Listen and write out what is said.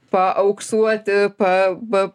paauksuoti pa pa